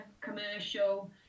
commercial